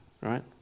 right